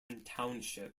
township